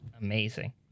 Amazing